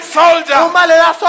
soldier